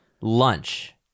lunch